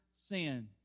sin